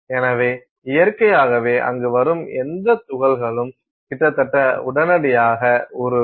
எனவே இயற்கையாகவே அங்கு வரும் எந்த துகள்களும் கிட்டத்தட்ட உடனடியாக உருகும்